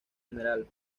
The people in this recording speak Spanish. general